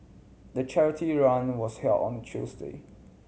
the charity run was held on the Tuesday